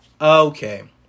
Okay